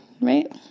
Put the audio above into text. right